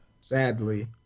Sadly